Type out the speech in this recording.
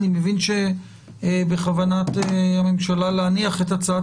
אני מבין שבכוונת הממשלה להניח את הצעת